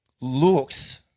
looks